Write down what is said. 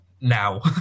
now